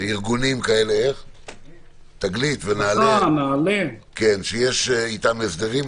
ארגונים תגלית, שיש אתם הסדרים.